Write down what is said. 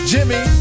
Jimmy